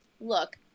look